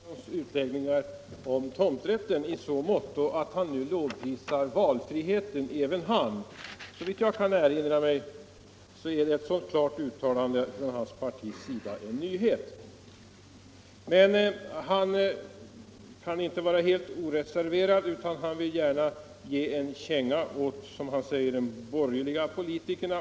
Herr talman! Det är tillfredsställande att höra herr Henriksons utläggningar om tomträtten i så måtto att även han nu lovprisar valfriheten. Såvitt jag kan erinra mig är ett sådant klart uttalande från hans parti en nyhet. Herr Henrikson kan emellertid inte vara helt oreserverad, utan vill gärna ge en känga åt, som han säger, de borgerliga politikerna.